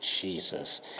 Jesus